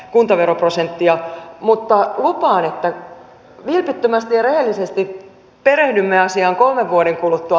mutta lupaan että vilpittömästi ja rehellisesti perehdymme asiaan kolmen vuoden kuluttua